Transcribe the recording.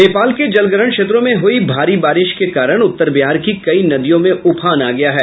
नेपाल के जलग्रहण क्षेत्रों में हुयी भारी बारिश के कारण उत्तर बिहार की कई नदियों में उफान आ गया है